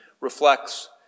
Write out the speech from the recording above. reflects